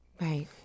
Right